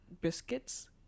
biscuits